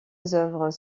œuvres